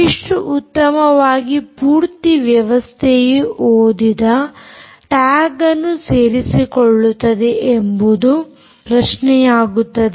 ಎಷ್ಟು ಉತ್ತಮವಾಗಿ ಪೂರ್ತಿ ವ್ಯವಸ್ಥೆಯು ಓದಿದ ಟ್ಯಾಗ್ ಅನ್ನು ಸೇರಿಸಿಕೊಳ್ಳುತ್ತದೆ ಎಂಬುದು ಪ್ರಶ್ನೆಯಾಗುತ್ತದೆ